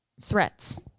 threats